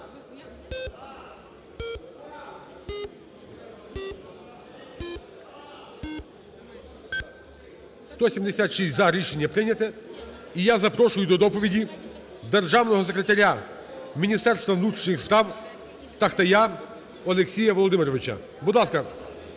176 – за. Рішення прийняте. І я запрошую до доповіді Державного секретаря Міністерства внутрішніх справ Тахтая Олексія Володимировича. Будь ласка.